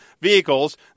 vehicles